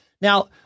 Now